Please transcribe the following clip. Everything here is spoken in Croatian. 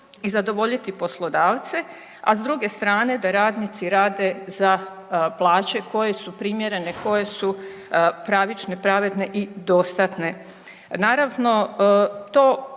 i zadovoljiti poslodavce, a s druge strane da radnici rade za plaće koje su primjerene, koje su pravične, pravedne i dostatne.